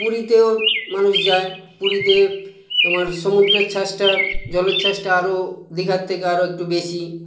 পুরীতেও মানুষ যায় পুরীতে তোমার সমুদ্রেরচ্ছ্বাসটা জ্বলোচ্ছাসটা আরো দীঘার থেকে আরও একটু বেশি